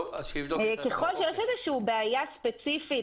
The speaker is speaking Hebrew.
ככל שיש איזושהי בעיה ספציפית,